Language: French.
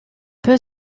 peu